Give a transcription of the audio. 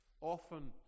Often